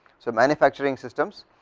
so, manufacturing systems,